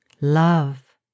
Love